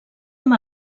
amb